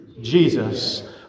Jesus